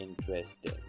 interesting